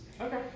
Okay